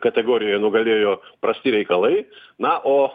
kategorijoj nugalėjo prasti reikalai na o